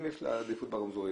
אם יש לה עדיפות ברמזורים,